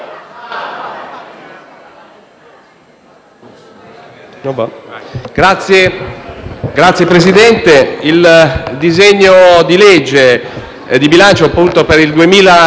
Signor Presidente, il disegno di legge di bilancio per il 2019 rappresenta, con ogni